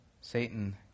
Satan